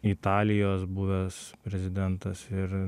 italijos buvęs prezidentas ir